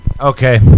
Okay